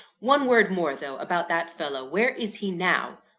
one word more, though, about that fellow where is he now?